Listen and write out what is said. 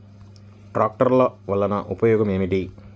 ట్రాక్టర్లు వల్లన ఉపయోగం ఏమిటీ?